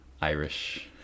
Irish